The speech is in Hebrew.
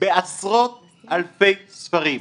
בעשרות אלפי ספרים,